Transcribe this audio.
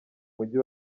mujyi